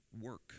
work